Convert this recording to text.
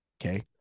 Okay